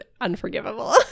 unforgivable